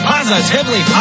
Positively